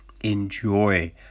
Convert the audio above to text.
Enjoy